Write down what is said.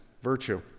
virtue